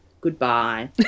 Goodbye